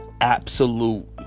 absolute